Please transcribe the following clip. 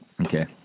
Okay